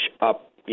up